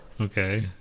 Okay